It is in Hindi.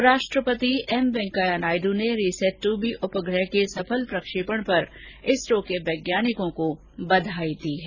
उपराष्ट्रपति एम वेंकैया नायडु ने रीसैट टू बी उपग्रह के सफल प्रक्षेपण पर इसरो के वैज्ञानिकों को बधाई दी है